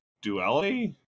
Duality